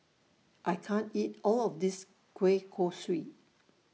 I can't eat All of This Kueh Kosui